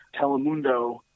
Telemundo